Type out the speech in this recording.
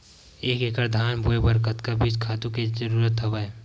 एक एकड़ धान बोय बर कतका बीज खातु के जरूरत हवय?